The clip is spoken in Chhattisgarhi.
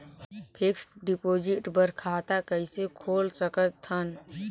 फिक्स्ड डिपॉजिट बर खाता कइसे खोल सकत हन?